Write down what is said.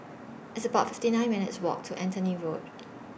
It's about fifty nine minutes' Walk to Anthony Road